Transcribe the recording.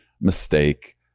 mistake